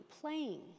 playing